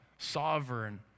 Sovereign